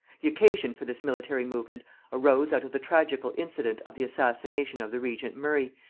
the occasion for this military movement arose out of the tragical incident of the assassination of the regent murray,